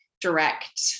direct